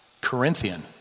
Corinthian